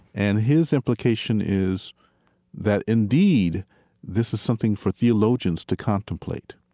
and his implication is that indeed this is something for theologians to contemplate.